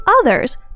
others